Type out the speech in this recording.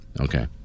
okay